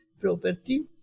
property